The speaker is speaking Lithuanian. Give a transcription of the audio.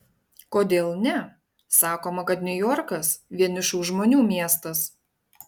kodėl ne sakoma kad niujorkas vienišų žmonių miestas